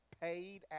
paid